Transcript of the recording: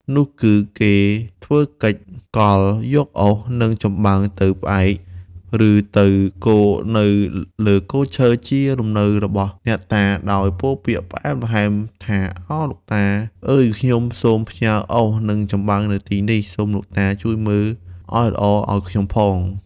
នោះគឺគេធ្វើកិច្ចកលយកអុស និង ចំបើងទៅផ្អែក ឬទៅគរនៅលើគល់ឈើជាលំនៅរបស់អ្នកតា ដោយពោលពាក្យផ្អែមល្ហែមថា ឱ! លោកតា អើយខ្ញុំសូមផ្ញើអុស និង ចំបើងនៅទីនេះ សូមលោកតា ជួយមើលឱ្យល្អឱ្យខ្ញុំផង។